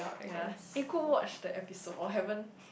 ya eh go watch the episode or haven't